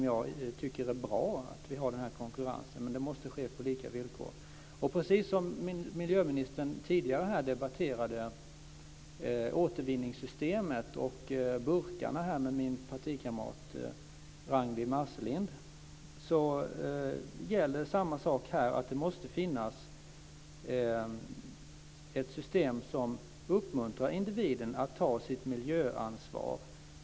Jag tycker att det är bra att vi har den här konkurrensen, men det måste ske på lika villkor. Miljömininstern debatterade tidigare här återvinningssystem och burkar med min partikamrat, Ragnwi Marcelind. Samma sak gäller i det här fallet. Det måste finnas ett system som uppmuntrar individen att ta sitt miljöansvar.